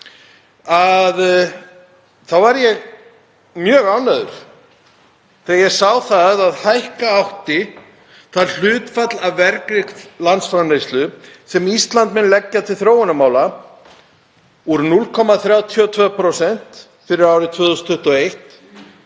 var ég mjög ánægður þegar ég sá að hækka átti hlutfall af vergri landsframleiðslu sem Ísland mun leggja til þróunarmála úr 0,32% fyrir árið 2021